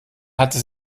hatte